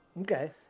Okay